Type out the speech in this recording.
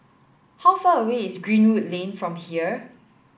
how far away is Greenwood Lane from here